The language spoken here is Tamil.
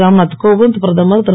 ராம்நாத் கோவிந்த் பிரதமர் திரு